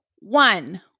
One